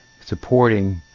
supporting